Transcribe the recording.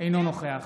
אינו נוכח